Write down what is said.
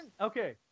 Okay